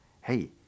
hey